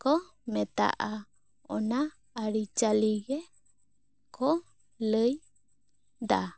ᱠᱚ ᱢᱮᱛᱟᱜᱼᱟ ᱚᱱᱟ ᱟ ᱨᱤᱪᱟ ᱞᱤ ᱜᱮ ᱠᱚ ᱞᱟ ᱭ ᱫᱟ